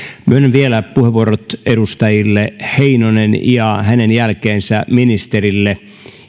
vielä puheenvuoron edustaja heinoselle ja hänen jälkeensä ministerille